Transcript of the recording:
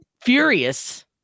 furious